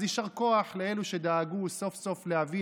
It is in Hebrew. אז יישר כוח לאלו שדאגו סוף-סוף להביא